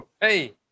hey